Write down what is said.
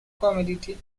commodity